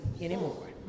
anymore